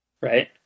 Right